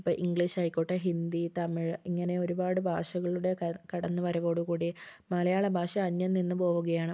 ഇപ്പം ഇംഗ്ലീഷായിക്കോട്ടെ ഹിന്ദി തമിഴ് ഇങ്ങനെ ഒരുപാട് ഭാഷകളുടെ കട കടന്ന് വരവോടു കൂടി മലയാള ഭാഷ അന്യം നിന്ന് പോകുകയാണ്